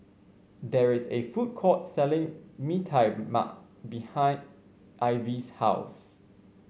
there is a food court selling Mee Tai Mak behind Ivie's house